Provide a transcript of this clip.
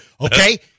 Okay